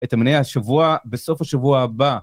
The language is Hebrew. את אמני השבוע בסוף השבוע הבא.